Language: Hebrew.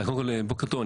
בוקר טוב,